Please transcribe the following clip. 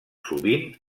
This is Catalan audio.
sovint